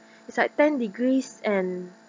it's like ten degrees and